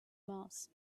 mars